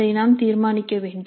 அதை நாம் தீர்மானிக்க வேண்டும்